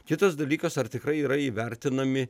kitas dalykas ar tikrai yra įvertinami